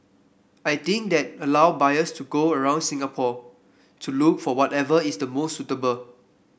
I think that allow buyers to go around Singapore to look for whatever is the most suitable